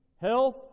Health